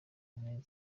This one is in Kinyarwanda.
munini